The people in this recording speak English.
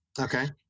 Okay